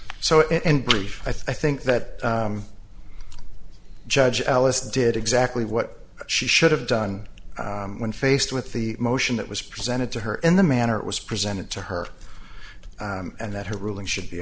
it in brief i think that judge alice did exactly what she should have done when faced with the motion that was presented to her in the manner it was presented to her and that her ruling should be